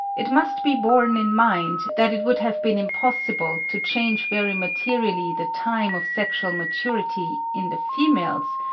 it must be borne in mind that it would have been impossible to change very materially the time of sexual maturity in the females,